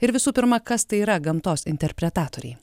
ir visų pirma kas tai yra gamtos interpretatoriai